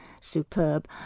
superb